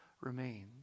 remains